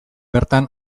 bertan